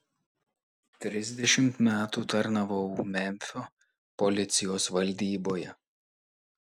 trisdešimt metų tarnavau memfio policijos valdyboje